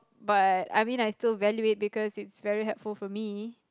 but I mean like still value it because it is still very helpful to me